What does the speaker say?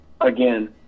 again